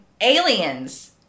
aliens